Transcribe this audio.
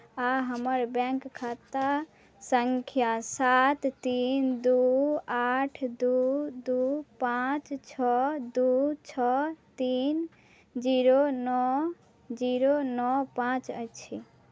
आ हमर बैंक खाता सङ्ख्या सात तीन दू आठ दू दू पाँच छओ दू छओ तीन जीरो नओ जीरो नओ पाँच अछि